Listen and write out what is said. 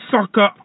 sucker